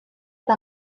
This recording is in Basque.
eta